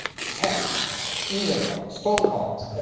texts, emails, phone calls.